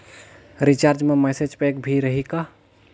Recharge मा message pack भी रही का?